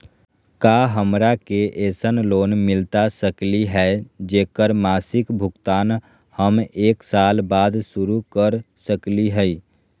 का हमरा के ऐसन लोन मिलता सकली है, जेकर मासिक भुगतान हम एक साल बाद शुरू कर सकली हई?